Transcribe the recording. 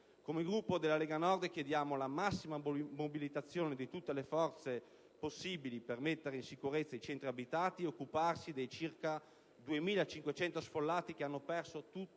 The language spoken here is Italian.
Come Gruppo Lega Nord Padania chiediamo la massima mobilitazione di tutte le forze possibili per mettere in sicurezza i centri abitati ed occuparsi dei circa 2.500 sfollati che hanno perso tutto,